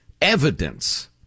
evidence